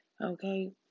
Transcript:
Okay